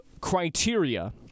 criteria